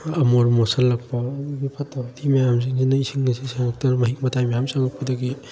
ꯑꯃꯣꯠ ꯃꯣꯠꯁꯜꯂꯛꯄ ꯐꯠꯇ ꯍꯧꯗꯤ ꯃꯌꯥꯝꯁꯤꯡꯁꯤꯅ ꯏꯁꯤꯡꯒꯁꯤ ꯁꯦꯡꯉꯛꯇꯗꯅ ꯃꯍꯤꯛ ꯃꯇꯥꯏ ꯃꯌꯥꯝ ꯆꯪꯉꯛꯄꯗꯒꯤ